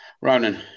Ronan